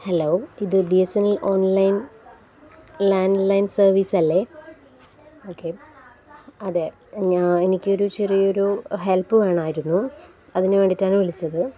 hello ഇത് B S N L online landline സർവീസല്ലേ okay അതെ എനിക്കൊരു ചെറിയൊരു ഹെൽപ്പ് വേണമായിരുന്നു അതിനു വേണ്ടിയിട്ടാണു വിളിച്ചത്